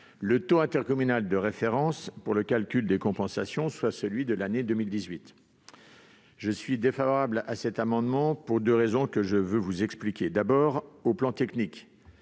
le taux intercommunal de référence pour le calcul des compensations soit celui de l'année 2018. Je suis défavorable à cet amendement pour deux raisons. Tout d'abord, sur le plan technique,